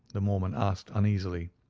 the mormon asked uneasily.